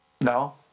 no